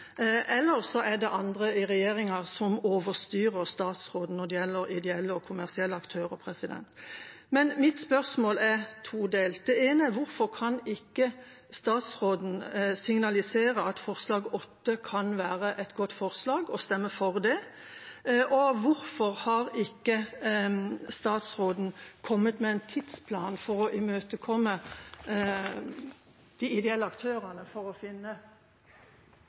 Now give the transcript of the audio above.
så er det andre i regjeringa som overstyrer statsråden når det gjelder ideelle og kommersielle aktører. Men mitt spørsmål er todelt: Det ene er: Hvorfor kan ikke statsråden signalisere at forslag nr. 8 kan være et godt forslag, og at en bør stemme for det? Det andre er: Hvorfor har ikke statsråden kommet med en tidsplan for å imøtekomme de ideelle aktørene for å finne